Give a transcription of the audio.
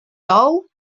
tou